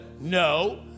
No